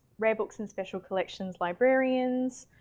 rare books and special collections librarians.